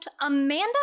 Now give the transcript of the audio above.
Amanda